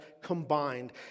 combined